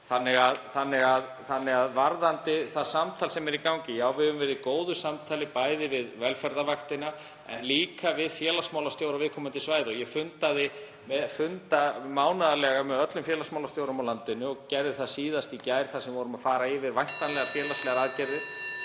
hópa. Varðandi það samtal sem er í gangi þá höfum við verið í góðu samtali við velferðarvaktina en líka við félagsmálastjóra á viðkomandi svæði. Ég funda mánaðarlega með öllum félagsmálastjórum á landinu og gerði það síðast í gær þar sem við vorum að fara yfir væntanlegar félagslegar aðgerðir.